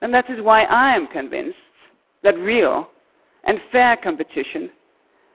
and that is why i am convinced that real and fair competition